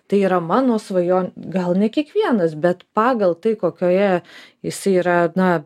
tai yra mano svajon gal ne kiekvienas bet pagal tai kokioje jis yra na